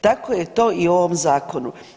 Tako je to i u ovom zakonu.